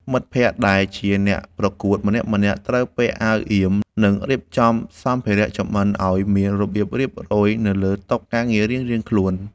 មិត្តភក្តិដែលជាអ្នកប្រកួតម្នាក់ៗត្រូវពាក់អាវអៀម និងរៀបចំសម្ភារៈចម្អិនឱ្យមានរបៀបរៀបរយនៅលើតុការងាររៀងៗខ្លួន។